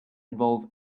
involve